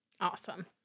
Awesome